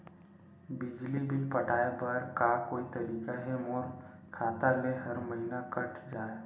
बिजली बिल पटाय बर का कोई तरीका हे मोर खाता ले हर महीना कट जाय?